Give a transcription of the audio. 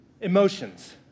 emotions